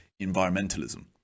environmentalism